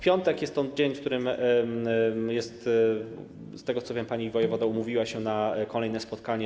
Piątek to jest ten dzień, w którym, z tego, co wiem, pani wojewoda umówiła się na kolejne spotkanie.